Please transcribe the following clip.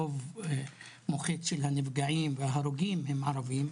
רוב מוחץ של הנפגעים וההרוגים, הם ערבים.